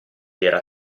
era